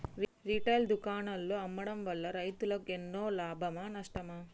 Retail దుకాణాల్లో అమ్మడం వల్ల రైతులకు ఎన్నో లాభమా నష్టమా?